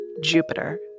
Jupiter